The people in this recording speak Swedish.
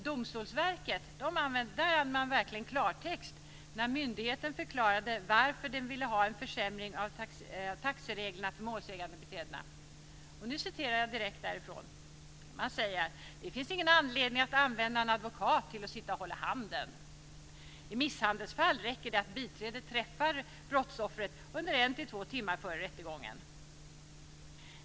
Domstolsverket använde verkligen klartext när myndigheten förklarade varför den ville ha en försämring av taxereglerna för målsägandebiträdena. Man säger: "Det finns ingen anledning att använda en advokat till att sitta och hålla handen. I misshandelsfall räcker det att biträdet träffar brottsoffret under en till två timmar före rättegången.